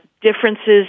differences